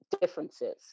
differences